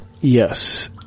Yes